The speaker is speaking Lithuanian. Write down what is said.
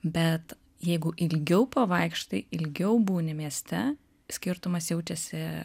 bet jeigu ilgiau pavaikštai ilgiau būni mieste skirtumas jaučiasi